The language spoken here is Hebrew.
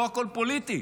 לא הכול פוליטי.